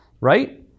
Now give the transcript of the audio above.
Right